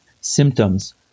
Symptoms